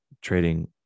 trading